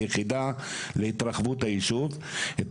ההתנגדות של הישוב הייתה